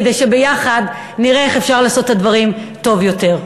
כדי שביחד נראה איך אפשר לעשות את הדברים טוב יותר.